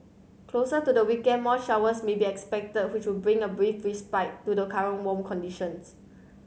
closer to the weekend more showers may be expected which would bring a brief respite to the current warm conditions